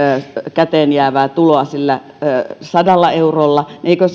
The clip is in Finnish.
käteen jäävää tuloa sillä sadalla eurolla niin eikö